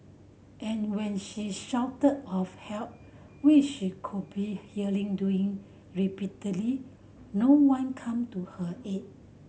and when she shouted of help wish she could be hearing doing repeatedly no one come to her aid